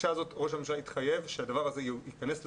בפגישה הזאת ראש הממשלה התחייב שהדבר הזה ייכנס לתקציב.